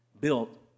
built